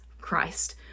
Christ